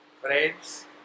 Friends